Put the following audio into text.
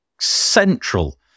central